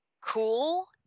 cool